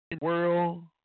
world